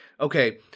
okay